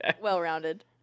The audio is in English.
Well-rounded